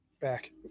Back